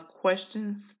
questions